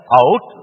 out